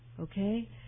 okay